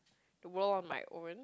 world of my own